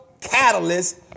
catalyst